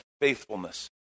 faithfulness